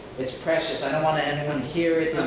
it's precious. i don't want to anyone hear it,